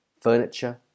furniture